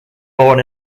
born